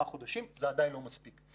אבל זה עדיין לא מספיק.